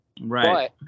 Right